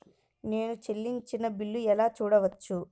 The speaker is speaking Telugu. నేను చెల్లించిన బిల్లు ఎలా చూడవచ్చు?